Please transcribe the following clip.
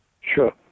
Sure